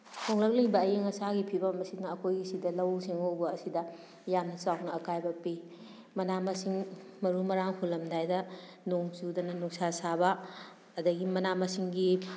ꯍꯣꯡꯂꯛꯂꯤꯕ ꯑꯏꯪ ꯑꯁꯥꯒꯤ ꯐꯤꯕꯝ ꯑꯁꯤꯅ ꯑꯩꯈꯣꯏꯒꯤ ꯁꯤꯗ ꯂꯧꯎ ꯁꯤꯡꯎꯕ ꯑꯁꯤꯗ ꯌꯥꯝꯅ ꯆꯥꯎꯅ ꯑꯀꯥꯏꯕ ꯄꯤ ꯃꯥꯅ ꯃꯁꯤꯡ ꯃꯔꯨ ꯃꯔꯥꯡ ꯍꯨꯜꯂꯝꯗꯥꯏꯗ ꯅꯣꯡ ꯆꯨꯗꯅ ꯅꯨꯡꯁꯥ ꯁꯥꯕ ꯑꯗꯨꯗꯒꯤ ꯃꯅꯥ ꯃꯁꯤꯡꯒꯤ